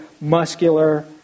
muscular